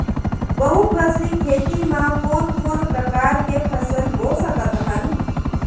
बहुफसली खेती मा कोन कोन प्रकार के फसल बो सकत हन?